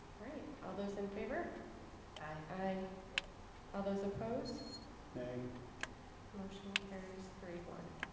right, all those in favor aye all those opposed nay motion carries three one